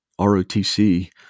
ROTC